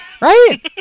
right